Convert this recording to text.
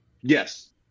Yes